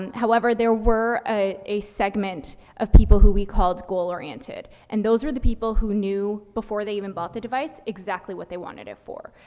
however, there were a, a segment of people who we called goal oriented. and those were the people who knew before they even bought the device exactly exactly what they wanted it for.